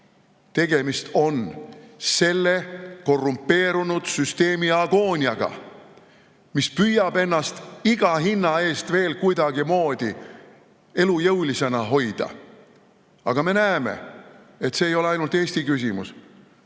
Tegemist on selle korrumpeerunud süsteemi agooniaga, mis püüab ennast iga hinna eest veel kuidagimoodi elujõulisena hoida. Aga me näeme, et see ei ole ainult Eesti küsimus,